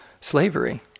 slavery